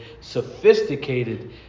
sophisticated